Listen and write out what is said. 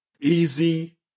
Easy